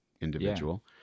individual